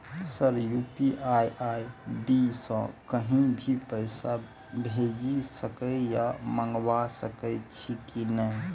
Sir UPI ID सँ कहि भी पैसा भेजि सकै या मंगा सकै छी की न ई?